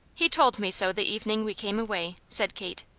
he told me so the evening we came away, said kate.